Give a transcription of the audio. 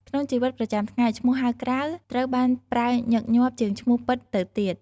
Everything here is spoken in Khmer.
ក្នុងជីវិតប្រចាំថ្ងៃ ឈ្មោះហៅក្រៅត្រូវបានប្រើញឹកញាប់ជាងឈ្មោះពិតទៅទៀត។